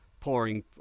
pouring